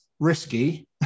risky